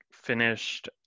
Finished